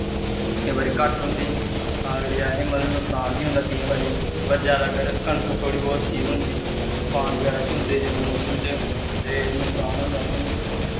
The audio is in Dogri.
केईं बारी घट्ट होंदी तां करियै असेंगी मतलब नकसान बी होंदा केईं बारी पर जैदा अगर कनक थोह्ड़ी बोह्त ठीक होंदी तफान बगैरा झुल्लदे जदूं मौसम च ते नुकसान होंदा असेंगी